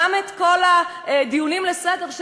גם את כל הדיונים בהצעות לסדר-היום,